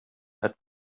had